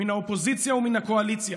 מן האופוזיציה ומן הקואליציה: